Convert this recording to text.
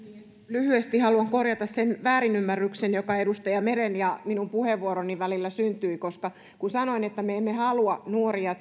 lyhyesti haluan korjata sen väärinymmärryksen joka edustaja meren ja minun puheenvuoroni välillä syntyi koska kun sanoin että me emme halua nuoria